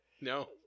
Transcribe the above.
No